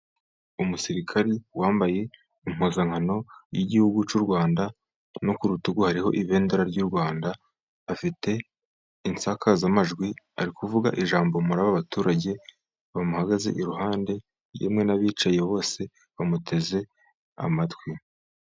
Umusirikari wambaye impuzankano, y'igihugu cy'u Rwanda, no ku rutugu hariho ibendera ry'u Rwanda, afite insakazamajwi, ari kuvuga ijambo muri aba baturage bamuhagaze iruhande, yemwe n'abicaye bose bamuteze amatwi.